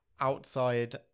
outside